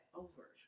over